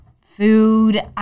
food